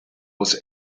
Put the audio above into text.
was